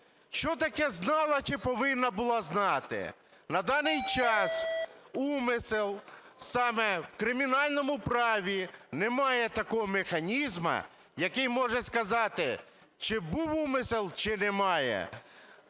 Що таке "знала" чи "повинна була знати"? На даний час умисел, саме в кримінальному праві немає такого механізму, який може сказати, чи був умисел, чи немає.